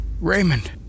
Raymond